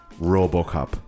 robocop